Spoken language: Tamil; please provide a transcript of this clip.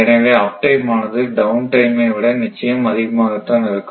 எனவே அப் டைம் ஆனது டவுன் டைம் ஐ விட நிச்சயம் அதிகமாகத்தான் இருக்கும்